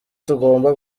tugomba